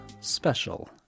Special